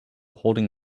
holding